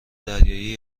دریایی